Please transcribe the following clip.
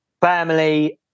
family